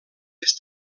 més